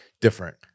different